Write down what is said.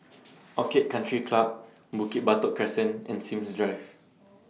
Orchid Country Club Bukit Batok Crescent and Sims Drive